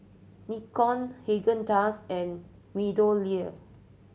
Nikon Haagen Dazs and MeadowLea